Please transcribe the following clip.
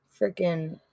freaking